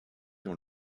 dans